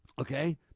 okay